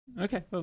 Okay